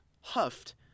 huffed